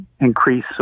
increase